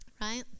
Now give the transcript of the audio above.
Right